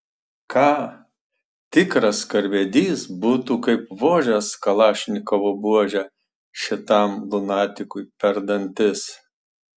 ką tikras karvedys būtų kaip vožęs kalašnikovo buože šitam lunatikui per dantis